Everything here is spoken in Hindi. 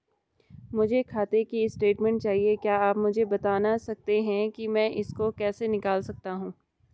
मुझे खाते की स्टेटमेंट चाहिए क्या आप मुझे बताना सकते हैं कि मैं इसको कैसे निकाल सकता हूँ?